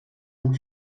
amb